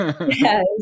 Yes